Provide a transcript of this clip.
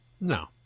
No